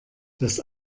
das